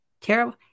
terrible